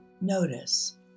Notice